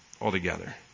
altogether